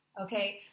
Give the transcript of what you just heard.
Okay